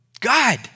God